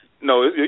no